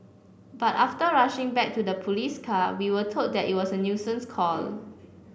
but after rushing back to the police car we were told that it was a nuisance call